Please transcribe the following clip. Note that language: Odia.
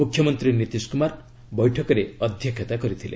ମୁଖ୍ୟମନ୍ତ୍ରୀ ନିତିଶ କୁମାର ବୈଠକରେ ଅଧ୍ୟକ୍ଷତା କରିଥିଲେ